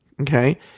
okay